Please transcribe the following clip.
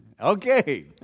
Okay